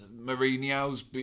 Mourinho's